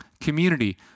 community